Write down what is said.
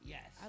Yes